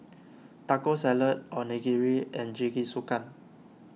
Taco Salad Onigiri and Jingisukan